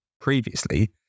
previously